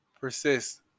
Persist